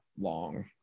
long